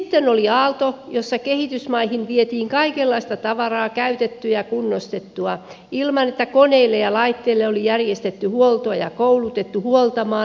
sitten oli aalto jossa kehitysmaihin vietiin kaikenlaista tavaraa käytettyä ja kunnostettua ilman että koneille ja laitteille oli järjestetty huoltoa ja koulutettu huoltamaan